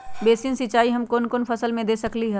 Basin सिंचाई हम कौन कौन फसल में दे सकली हां?